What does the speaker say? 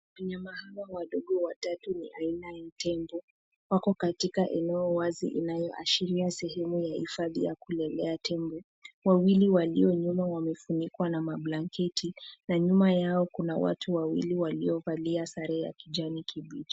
Kwenye mahaba wadogo watatu ni aina ya tembo. Wako katika eneo wazi inayoashiria sehemu ya hifadhi ya kulelea tembo. Wawili walio nyuma wamefunikwa na mablanketi na nyuma yao kuna watu wawili waliovalia sare ya kijani kibichi.